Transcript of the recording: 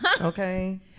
Okay